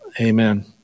Amen